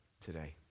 today